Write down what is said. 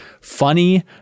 funny